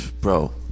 Bro